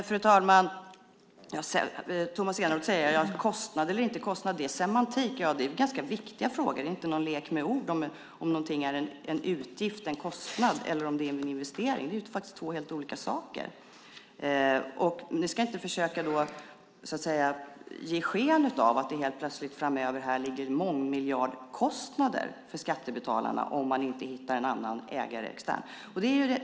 Fru talman! Tomas Eneroth säger att det är semantik att tala om kostnad eller inte kostnad. Ja, det är ganska viktiga frågor. Det är inte någon lek med ord om någonting är en utgift, en kostnad, eller om det är en investering. Det är faktiskt två helt olika saker. Ni ska då inte försöka ge sken av att det helt plötsligt framöver ligger mångmiljardkostnader för skattebetalarna om man inte externt hittar en annan ägare.